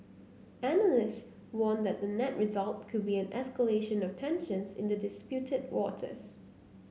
analysts warn that the net result could be an escalation of tensions in the disputed waters